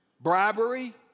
bribery